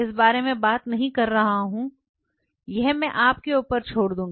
इस बारे में बात नहीं कर रहा हूं यह मैं आपके ऊपर छोड़ दूंगा